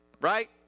right